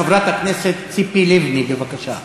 חברת הכנסת ציפי לבני, בבקשה.